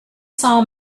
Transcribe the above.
saw